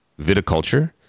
Viticulture